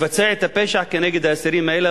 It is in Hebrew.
לבצע את הפשע כנגד האסירים האלה,